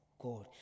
God